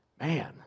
man